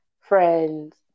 friends